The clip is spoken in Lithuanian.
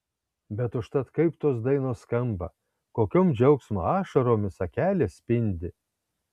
bet užtat kaip tos dainos skamba kokiom džiaugsmo ašaromis akelės spindi